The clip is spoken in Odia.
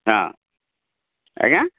ହଁ ଆଜ୍ଞା